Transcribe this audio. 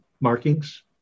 markings